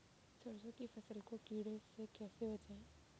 सरसों की फसल को कीड़ों से कैसे बचाएँ?